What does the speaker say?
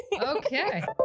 Okay